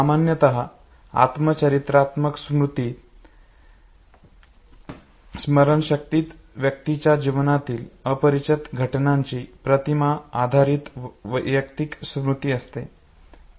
सामान्यत आत्मकथनात्मक स्मरणशक्तीत व्यक्तीच्या जीवनातील अपरिचित घटनांची प्रतिमा आधारित वैयक्तिक स्मृती असते